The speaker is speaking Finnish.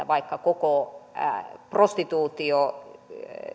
vaikka koko prostituutio